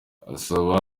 asaba